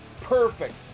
perfect